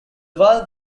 valve